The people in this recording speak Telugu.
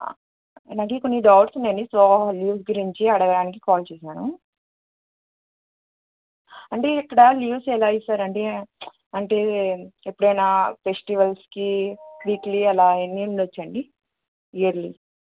నాకు కొన్ని డౌట్స్ ఉన్నాయండి సో లీవ్స్ గురించి అడగడానికి కాల్ చేశాను అంటే ఇక్కడ లీవ్స్ ఎలా ఇస్తారండి అంటే ఎప్పుడైనా ఫెస్టివల్స్కి వీక్లీ అలా ఎన్ని ఉండచ్చండి ఇయర్లీ